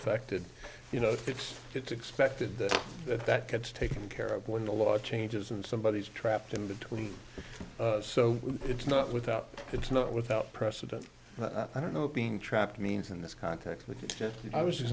affected you know it's it's expected that that gets taken care of when the law changes and somebody is trapped in between so it's not without it's not without precedent i don't know being trapped means in this context that i was